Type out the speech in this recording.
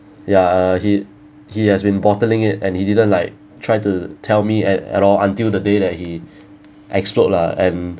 ya he he has been bottling it and he didn't like try to tell me at at all until the day that he explode lah and